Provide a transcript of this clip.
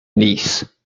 nice